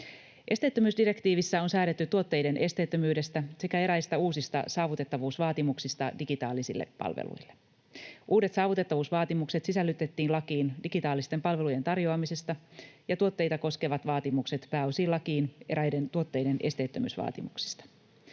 Esteettömyysdirektiivissä on säädetty tuotteiden esteettömyydestä sekä eräistä uusista saavutettavuusvaatimuksista digitaalisille palveluille. Uudet saavutettavuusvaatimukset sisällytettiin lakiin digitaalisten palvelujen tarjoamisesta ja tuotteita koskevat vaatimukset pääosin lakiin eräiden tuotteiden esteettömyysvaatimuksista.